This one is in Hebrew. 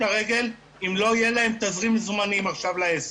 הרגל אם לא יהיה להם תזרים מזומנים לעסק.